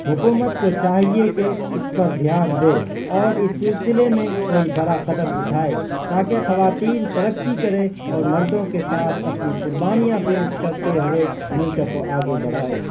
حکومت کو چاہیے کہ اس پر دھیان دے اور اس سلسلے میں کوئی بڑا قدم اٹھائے تاکہ خواتین ترقی کرے اور مردوں کے ساتھ اپنی قربانیاں پیش کرتے ہوئے ملک کو آگے بڑھائے